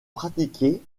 pratiqués